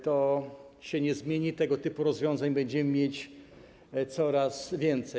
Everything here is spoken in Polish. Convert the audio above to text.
To się nie zmieni, tego typu rozwiązań będziemy mieć coraz więcej.